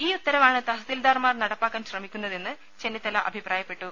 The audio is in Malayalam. ഈ ഉത്തരവാണ് തഹസിൽദാർമാർ നടപ്പിലാക്കാൻ ശ്രമിക്കുന്നതെന്ന് ചെന്നിത്തല അഭിപ്രായപ്പെട്ടു